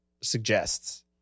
suggests